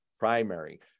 primary